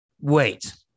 Wait